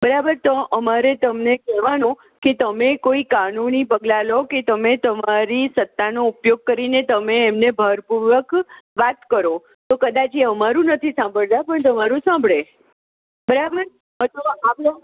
બરાબર તો અમારે તમને કેહવાનું કે તમે કોઈ કાનૂની પગલાં લો કે તમે તમારી સત્તાનો ઉપયોગ કરીને તમે એમને ભાર પૂર્વક વાત કરો તો કદાચ અમારું નથી સાંભડતા પણ તમારું સાંભડે બરાબર